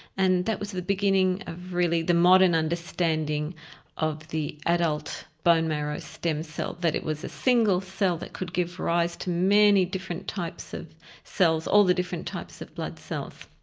and that was the beginning of really the modern understanding of the adult bone marrow stem cell, that it was a single cell that could give rise to many different types of cells, all the different types of blood cells.